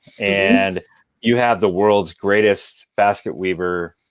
and you have the world's greatest basket weaver,